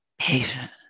patient